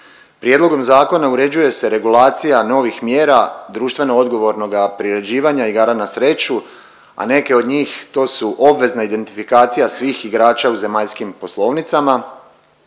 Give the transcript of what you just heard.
Prijedlogom zakona uređuje se regulacija novih mjera društveno odgovornoga priređivanja igara na sreću, a neke od njih to su obvezna identifikacija svih igrača u zemaljskim poslovnicama,